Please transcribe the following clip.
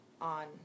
on